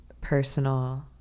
personal